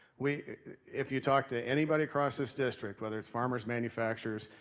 we if you talk to anybody across this district, whether it's farmers, manufacturers,